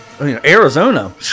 Arizona